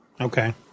Okay